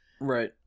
Right